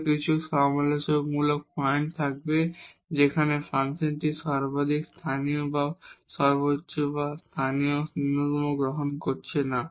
তবে কিছু critical point থাকবে যেখানে ফাংশনটি লোকাল ম্যাক্সিমা বা লোকাল মিনিমা গ্রহণ করছে না